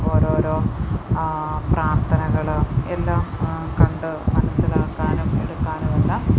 ഓരോരോ പ്രാർത്ഥനകൾ എല്ലാം കണ്ട് മനസ്സിലാക്കാനും കേൾക്കാനും എല്ലാം